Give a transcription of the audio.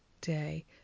day